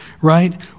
right